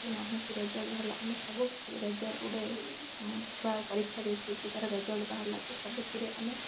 କି ନାହଁ କି ରେଜଲ୍ଟ ବାହାରିଲା ଆମେ ସବୁଥିରେ ରେଜଲ୍ଟ ଗୋଟେ ଛୁଆ ପରୀକ୍ଷା ଦେଇଛି କି ତାର ରେଜଲ୍ଟ ବାହାରିଲା କି ସବୁଥିରେ ଆମେ